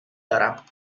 دارم